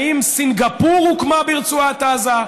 האם סינגפור הוקמה ברצועת עזה?